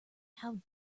how